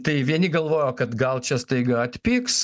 tai vieni galvojo kad gal čia staiga atpigs